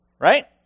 Right